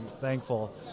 thankful